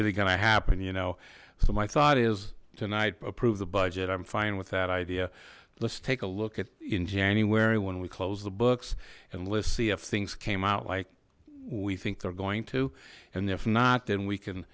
really gonna happen you know so my thought is tonight approve the budget i'm fine with that idea let's take a look at in january when we close the books and let's see if things came out like we think they're going to and if not then